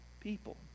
people